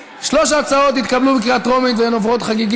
ההצעה להעביר את הצעת חוק העונשין (תיקון,